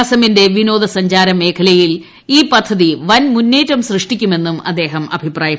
അസമിന്റെ വിനോദ സെഞ്ചാ്രമേഖലയിൽ ഈ പദ്ധതി വൻ മുന്നേറ്റം സൃഷ്ടിക്കുമെന്നും അദ്ദേഹം അഭിപ്രായപ്പെട്ടു